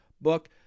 book